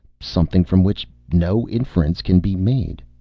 something from which no inference can be made.